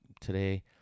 today